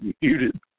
muted